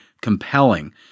compelling